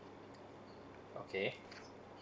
okay